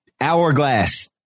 Hourglass